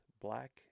black